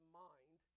mind